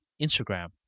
Instagram